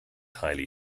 highly